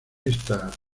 esta